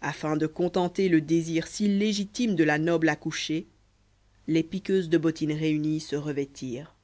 afin de contenter le désir si légitime de la noble accouchée les piqueuses de bottines réunies se revêtirent